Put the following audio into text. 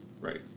Right